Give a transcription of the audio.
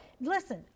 listen